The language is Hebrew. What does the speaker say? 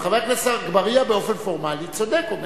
אבל חבר הכנסת אגבאריה באופן פורמלי צודק.